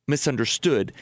misunderstood